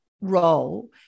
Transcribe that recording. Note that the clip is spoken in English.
role